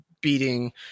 Beating